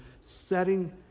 setting